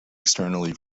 externally